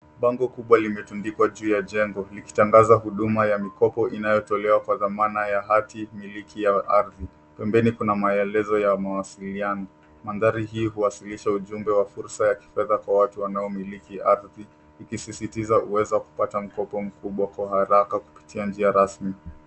Bango kubwa limetundikwa juu ya jengo, likitangaza huduma ya mikopo inayotolewa kwa dhamana ya hati miliki ya ardhi. Pembeni kuna maelezo ya mawasiliano. Mandhari hii huwasilisha ujumbe wa fursa ya kifedha kwa watu wanaomilika ardhi, ikisisitiza uwezo wa kupata mkopo mkubwa kwa haraka kupitia njia rasmi.